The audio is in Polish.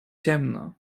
ciemno